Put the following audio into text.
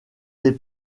des